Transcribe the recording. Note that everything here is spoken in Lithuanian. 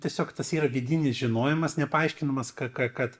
tiesiog tas yra vidinis žinojimas nepaaiškinamas ka ka kad